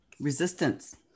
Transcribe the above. resistance